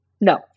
No